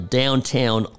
downtown